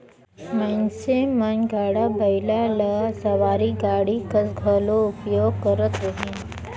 मइनसे मन गाड़ा बइला ल सवारी गाड़ी कस घलो उपयोग करत रहिन